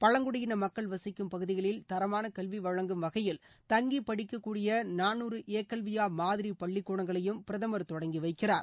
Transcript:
பழங்குடியின மக்கள் வசிக்கும் பகுதிகளில் தரமான கல்வி வழங்கும் வகையில் தங்கி படிக்கக்கூடிய நாநூறு ஏகல்வியா மாதிரி பள்ளிக்கூடங்களையும் பிரதமர் தொடங்கி வைக்கிறார்